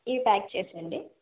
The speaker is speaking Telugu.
ఇవి ప్యాక్ చేసేయండి